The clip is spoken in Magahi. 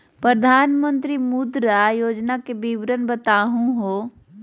प्रधानमंत्री मुद्रा योजना के विवरण बताहु हो?